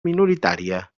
minoritària